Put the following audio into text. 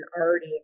already